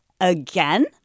again